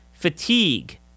Fatigue